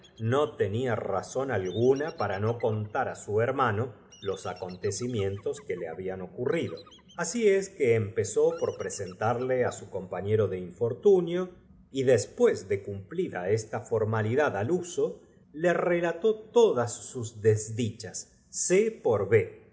no te nia razón alg una pam no contar a su herman o los acontec imieuto s que le ha bían ocurido asf es que empezó por presentarle á su compañ ero do infortun io y después de cumplid a esta formalidad al uso le relató todas susdesd ichas ce por